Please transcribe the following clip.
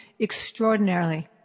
extraordinarily